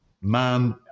man